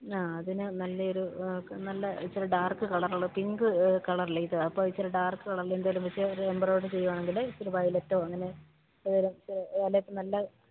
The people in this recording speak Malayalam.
ആ അതിന് നല്ലയൊരു നല്ല ഇത്തിരി ഡാർക്ക് കളറുള്ള പിങ്ക് കളർ ലേസല്ലെ അപ്പോള് ഇത്തിരി ഡാർക്ക് കളറിലെന്തെങ്കിലും വെച്ച് അത് എംബ്രോയ്ഡറി ചെയ്യുകയാണെങ്കില് ഒരു വൈലറ്റോ അങ്ങനെ ഏതെങ്കിലും നല്ല